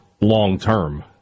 long-term